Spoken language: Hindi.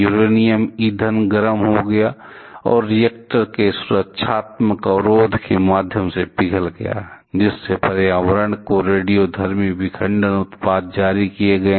यूरेनियम ईंधन गरम हो गया और रिएक्टर के सुरक्षात्मक अवरोध के माध्यम से पिघल गया जिससे पर्यावरण को रेडियोधर्मी विखंडन उत्पाद जारी किए गए